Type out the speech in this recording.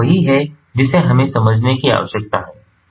तो यह वही है जिसे हमें समझने की आवश्यकता है